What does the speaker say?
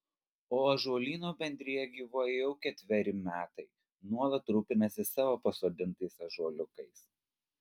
o ąžuolyno bendrija gyvuoja jau ketveri metai nuolat rūpinasi savo pasodintais ąžuoliukais